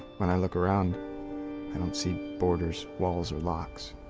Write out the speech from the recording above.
when i look around i don't see borders walls or locks.